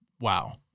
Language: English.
wow